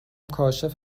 کاشف